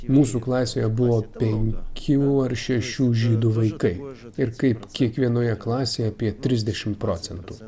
mūsų klasėje buvo penkių ar šešių žydų vaikai ir kaip kiekvienoje klasėje apie trisdešimt procentų